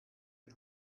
die